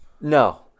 No